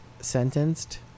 sentenced